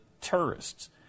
terrorists